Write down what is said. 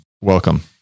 welcome